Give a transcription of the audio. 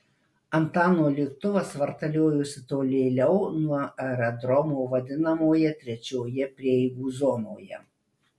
antano lėktuvas vartaliojosi tolėliau nuo aerodromo vadinamoje trečioje prieigų zonoje